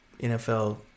NFL